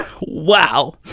Wow